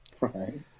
Right